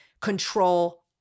control